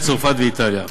צרפת ואיטליה.